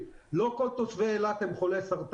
אני רוצה להעיר משהו: לא כל תושבי אילת הם חולי סרטן,